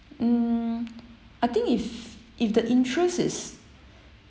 mm I think if if the interest is